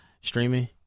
streaming